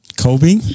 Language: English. Kobe